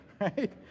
right